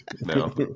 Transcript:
No